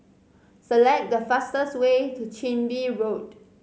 select the fastest way to Chin Bee Road